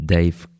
Dave